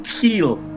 kill